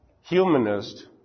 humanist